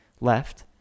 left